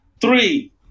Three